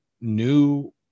new